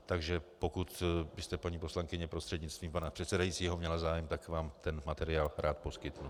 Takže pokud byste, paní poslankyně prostřednictvím pana předsedajícího, měla zájem, tak vám ten materiál rád poskytnu.